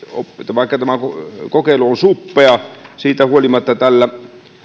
vaikka tämä kokeilu on suppea siitä huolimatta tällä